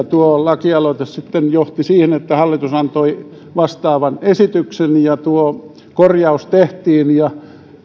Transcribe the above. tuo laki aloite sitten johti siihen että hallitus antoi vastaavan esityksen ja tuo korjaus tehtiin ja